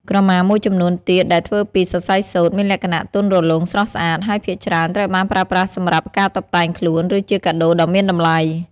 ក្រមាមួយចំនួនទៀតដែលធ្វើពី សរសៃសូត្រ មានលក្ខណៈទន់រលោង ស្រស់ស្អាត ហើយភាគច្រើនត្រូវបានប្រើប្រាស់សម្រាប់ការតុបតែងខ្លួន ឬជាកាដូដ៏មានតម្លៃ។